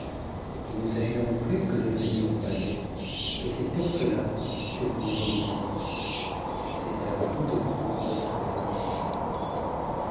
il ne s'agit donc plus que de venir au palais et c'est pour cela que vous me voyez ici c'est à vous de prendre votre résolution